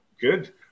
Good